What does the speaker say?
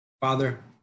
Father